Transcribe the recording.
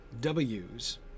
W's